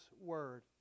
word